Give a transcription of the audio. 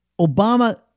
Obama